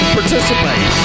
Participate